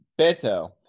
Beto